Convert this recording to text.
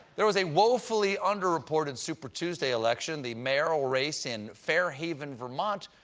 there was a woefully underreported super tuesday election the mayoral race in fair haven, vermont,